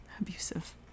abusive